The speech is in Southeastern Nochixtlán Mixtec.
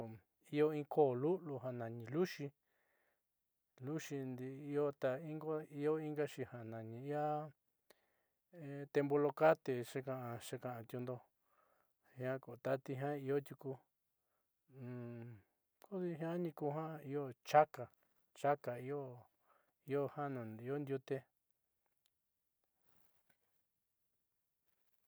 Io in koó lu'ulu janani luuxi luuxi ndii io ingaxi ja nani tembolocate xuuka'ontiundo jia tati io tiuku kodi jiani io chaka chaka io jiaa nuun io ndiute.